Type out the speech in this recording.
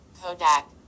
Kodak